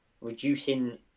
reducing